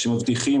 שמבטיחים